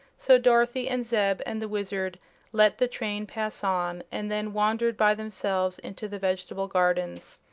so dorothy and zeb and the wizard let the train pass on and then wandered by themselves into the vegetable gardens.